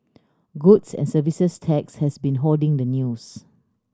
goods and Services Tax has been hoarding the news